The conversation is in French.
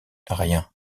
rien